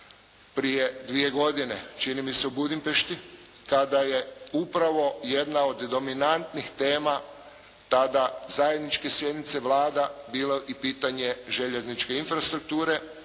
prije dvije godine, čini mi se u Budimpešti, kada je upravo jedna od dominantnih tema tada zajedničke sjednice Vlada bilo i pitanje željezničke infrastrukture